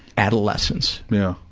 adolescence. yeah,